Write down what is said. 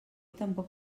tampoc